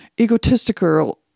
egotistical